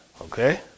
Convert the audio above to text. Okay